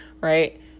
right